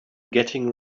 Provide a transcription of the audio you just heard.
getting